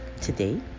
today